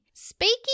Speaking